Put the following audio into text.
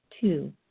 Two